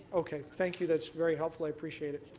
okay thank you that's very helpful i appreciate it.